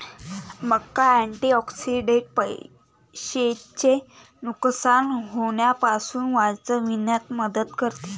मका अँटिऑक्सिडेंट पेशींचे नुकसान होण्यापासून वाचविण्यात मदत करते